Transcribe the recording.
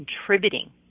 contributing